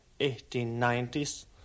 1890s